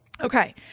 Okay